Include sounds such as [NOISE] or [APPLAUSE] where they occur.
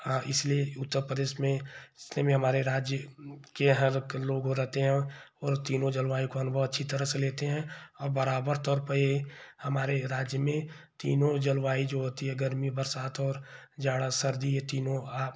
और इसलिए उत्तर प्रदेश में [UNINTELLIGIBLE] में हमारे राज्य के हर क लोगो ओ रहते हैं और तीनों जालवायु का अनुभव अच्छी तरह से लेते हैं और बराबर तौर पर ये हमारे राज्य में तीनों जलवायु जो होती है गर्मी बरसात और जाड़ा सर्दी ये तीनों